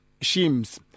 Shims